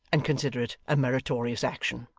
and consider it a meritorious action.